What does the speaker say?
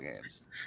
games